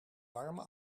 warme